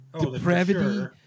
depravity